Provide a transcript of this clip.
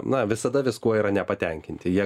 na visada viskuo yra nepatenkinti jie